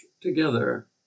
together